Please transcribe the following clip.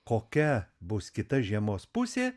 kokia bus kita žiemos pusė